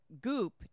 Goop